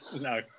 No